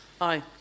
Aye